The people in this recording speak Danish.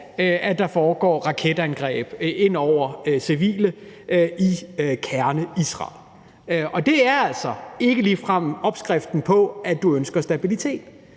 at der foregår raketangreb ind over civile områder i Kerneisrael, og det er altså ikke ligefrem opskriften på at få stabilitet.